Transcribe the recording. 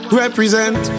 represent